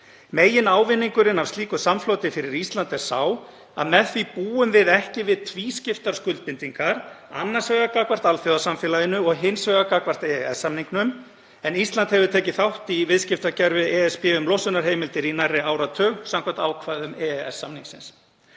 Meginávinningurinn af slíku samfloti fyrir Ísland er sá að með því búum við ekki við tvískiptar skuldbindingar, annars vegar gagnvart alþjóðasamfélaginu og hins vegar gagnvart EES-samningnum. Ísland hefur tekið þátt í viðskiptakerfi ESB um losunarheimildir í nærri áratug samkvæmt ákvæðum EES-samningsins.